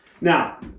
Now